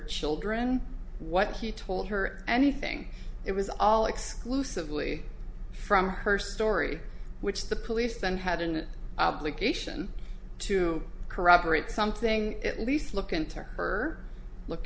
children what he told her anything it was all exclusively from her story which the police then had an obligation to corroborate something at least look into her look